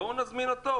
בואו נזמין אותו.